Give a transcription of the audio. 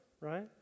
right